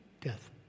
Death